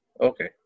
Okay